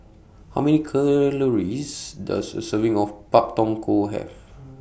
How Many Does A Serving of Pak Thong Ko Have